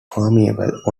permeable